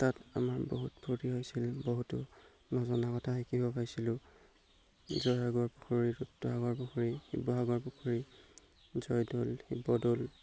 তাত আমাৰ বহুত ফূৰ্তি হৈছিল বহুতো নজনা কথা শিকিব পাইছিলোঁ জয়সাগৰ পুখুৰী ৰুদ্ৰসাগৰ পুখুৰী শিৱসাগৰ পুখুৰী জয়দৌল শিৱদৌল